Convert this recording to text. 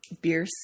beer